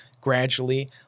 gradually